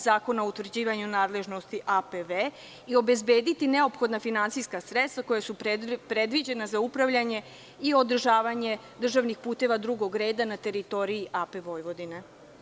Zakona o utvrđivanju nadležnosti AP Vojvodine i obezbediti neophodna finansijska sredstva koja su predviđena za upravljanje i održavanje državnih puteva drugog reda na teritoriji AP Vojvodine?